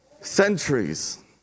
centuries